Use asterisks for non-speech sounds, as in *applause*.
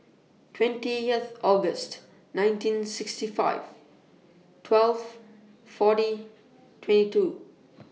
twentieth August nineteen sixty five twelve forty twenty two *noise*